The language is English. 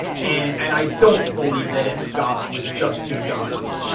and and i don't believe that it stopped with just two guys.